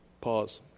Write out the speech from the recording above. Pause